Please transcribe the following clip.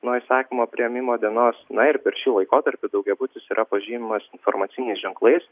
nuo įsakymo priėmimo dienos na ir per šį laikotarpį daugiabutis yra pažymimas informaciniais ženklais